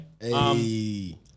Hey